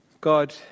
God